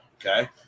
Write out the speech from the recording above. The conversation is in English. Okay